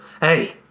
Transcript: Hey